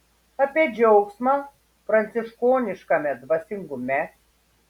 apie džiaugsmą pranciškoniškame dvasingume